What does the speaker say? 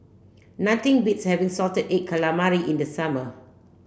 nothing beats having salted egg calamari in the summer